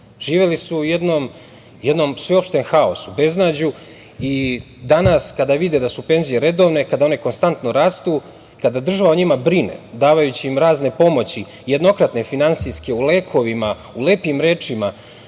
su u jednom sveopštem haosu, beznađu i danas, kada vide da su penzije redovne, kada one konstantno rastu, kada država o njima brine, davajući im razne pomoći, jednokratne, finansijske, u lekovima, u lepim rečima,